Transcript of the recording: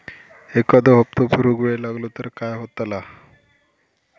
एखादो हप्तो भरुक वेळ लागलो तर काय होतला?